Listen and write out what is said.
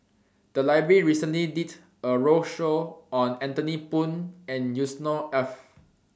The Library recently did A roadshow on Anthony Poon and Yusnor Ef